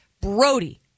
Brody